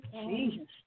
Jesus